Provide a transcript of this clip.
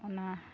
ᱚᱱᱟ